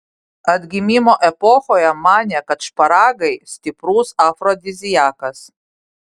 atgimimo epochoje manė kad šparagai stiprus afrodiziakas